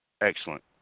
Excellent